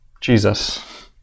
Jesus